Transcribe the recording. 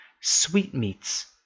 sweetmeats